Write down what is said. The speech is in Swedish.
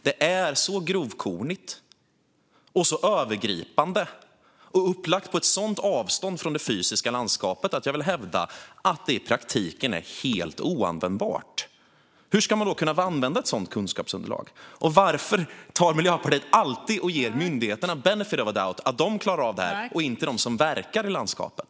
Det är så grovkornigt och så övergripande och upplagt på ett sådant avstånd från det fysiska landskapet att jag vill hävda att det i praktiken är helt oanvändbart. Hur ska man då kunna använda ett sådant kunskapsunderlag? Och varför är det så att Miljöpartiet alltid ger myndigheterna the benefit of the doubt och tror att det är de som klarar av det här och inte de som verkar i landskapet?